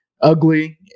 ugly